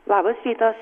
labas rytas